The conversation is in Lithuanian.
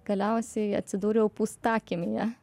galiausiai atsidūriau pūstakiemyje